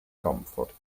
comfort